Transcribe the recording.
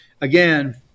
again